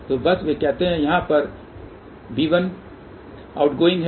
तो बस वे कहते यहाँ पर b1 जावक हैं या जावकoutgoing वेव हैं